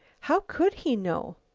how could he know?